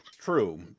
true